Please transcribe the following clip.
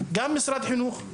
גם של משרד החינוך,